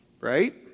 Right